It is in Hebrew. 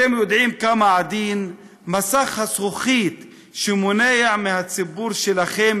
אתם יודעים כמה עדין מסך הזכוכית שמונע מהציבור שלכם